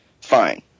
fine